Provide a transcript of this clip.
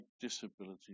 disability